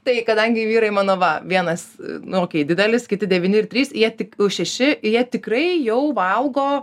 tai kadangi vyrai mano va vienas nu okei didelis kiti devyni ir trys jie tik šeši jie tikrai jau valgo